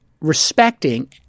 respecting